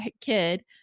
kid